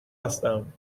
هستم